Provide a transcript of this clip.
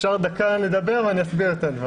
אם אפשר לדבר דקה, אני אסביר את הדברים.